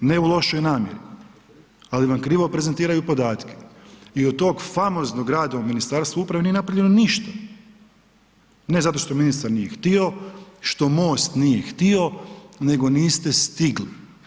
Ne u lošoj namjeri ali vam krivo prezentiraju podatke i od tog famoznog rada u Ministarstvu uprave nije napravljeno ništa ne zato što ministar nije htio, što MOST nije htio nego niste stigli.